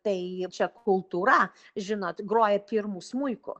tai čia kultūra žinot groja pirmu smuiku